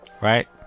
right